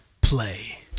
play